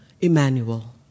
Emmanuel